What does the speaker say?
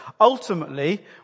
Ultimately